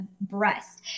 breast